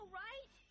right